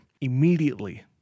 immediately